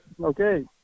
Okay